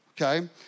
okay